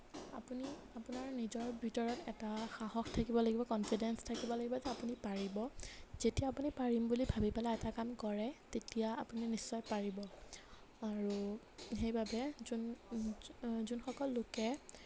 আপুনি আপোনাৰ নিজৰ ভিতৰত এটা সাহস থাকিব লাগিব কনফিডেঞ্চ থাকিব লাগিব যে আপুনি পাৰিব যেতিয়া আপুনি পাৰিম বুলি ভাবি পেলাই এটা কাম কৰে তেতিয়া আপুনি নিশ্চয় পাৰিব আৰু সেইবাবে যোন যোনসকল লোকে